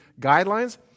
guidelines